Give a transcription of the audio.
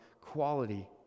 quality